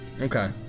Okay